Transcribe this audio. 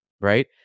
right